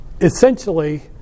essentially